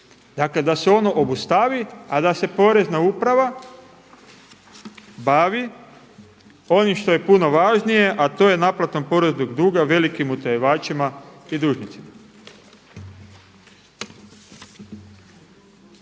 dakle da se ono obustavi a da se porezna uprava bavi onim što je puno važnije a to je naplatom poreznog duga velikim utajivačima i dužnicima.